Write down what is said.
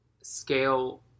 scale